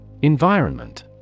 Environment